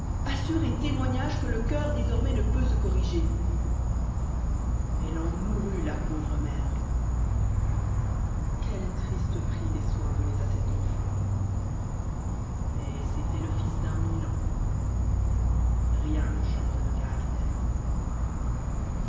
assuré témoignage que le coeur désormais ne peut se corriger elle en mourut la pauvre mère quel triste prix des soins donnés à cet enfant mais c'étoit le fils d'un milan rien ne change le caractère